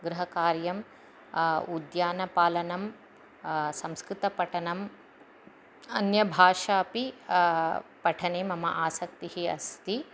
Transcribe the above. गृहकार्यम् उद्यानपालनं संस्कृतपठनम् अन्यभाषापि पठने मम आसक्तिः अस्ति